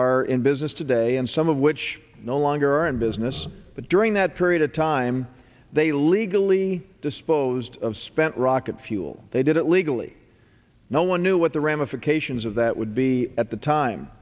are in business today and some of which no longer are in business but during that period of time they legally disposed of spent rocket fuel they did it legally no one knew what the ramifications of that would be at the time